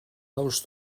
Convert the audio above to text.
nous